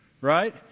right